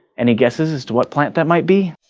any guesses as to what plant that might be?